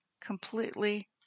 completely